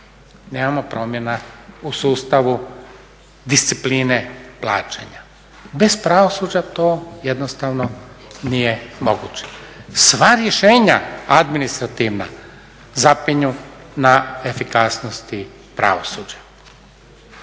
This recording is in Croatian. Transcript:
nemamo promjena u sustavu discipline plaćanja. Bez pravosuđa to jednostavno nije moguće. Sve rješenja administrativna zapinju na efikasnosti pravosuđa.